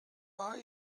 are